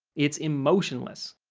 it's emotionless.